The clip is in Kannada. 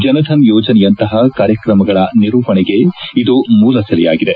ಜನ ಧನ್ ಯೋಜನೆಯಂತಹ ಕಾರ್ಯಕ್ರಮಗಳ ನಿರೂಪಣೆಗೆ ಇದು ಮೂಲ ಸೆಲೆಯಾಗಿದೆ